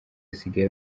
asigaye